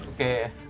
okay